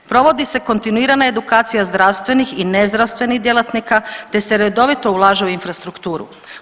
Provodi se kontinuirana edukacija zdravstvenih i nezdravstvenih djelatnika te se redovito ulaže u infrastrukturu.